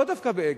לאו דווקא ב"אגד",